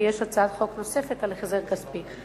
כי יש הצעת חוק נוספת על החזר כספי,